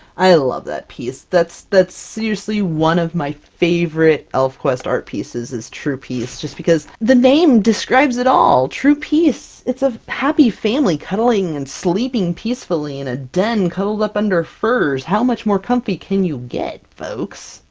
i love that piece that's that's seriously one of my favorite elfquest art pieces, is true peace. just because, the name describes it all! true peace it's a happy family, cuddling and sleeping peacefully in a den, cuddled up under furs! how much more comfy can you get folks?